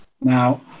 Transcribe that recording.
now